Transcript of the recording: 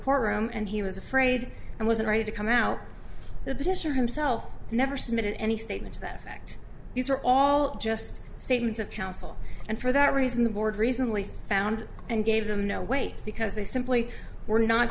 courtroom and he was afraid and wasn't ready to come out the petition himself never submitted any statements that fact these are all just statements of counsel and for that reason the board recently found and gave them no weight because they simply were not